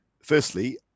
Firstly